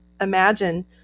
imagine